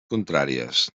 contràries